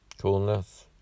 coolness